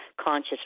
conscious